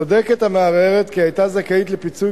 צודקת המערערת כי היתה זכאית לפיצוי